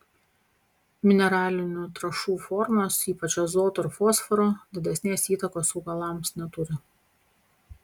mineralinių trąšų formos ypač azoto ir fosforo didesnės įtakos augalams neturi